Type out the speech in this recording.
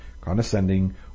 condescending